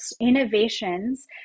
innovations